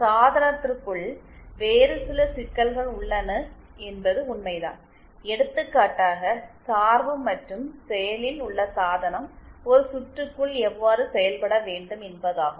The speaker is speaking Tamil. சாதனத்திற்குள் வேறு சில சிக்கல்கள் உள்ளன என்பது உண்மைதான் எடுத்துக்காட்டாக சார்பு மற்றும் செயலில் உள்ள சாதனம் ஒரு சுற்றுக்குள் எவ்வாறு செயல்பட வேண்டும் என்பதாகும்